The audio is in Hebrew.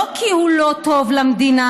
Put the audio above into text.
לא כי הוא לא טוב למדינה,